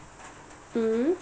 mmhmm